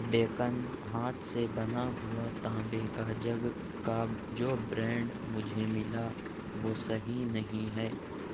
ڈیکن ہاتھ سے بنا ہوا تانبے کا جگ کا جو برانڈ مجھے ملا وہ صحیح نہیں ہے